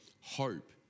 hope